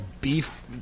beef